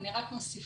אני רק מוסיפה,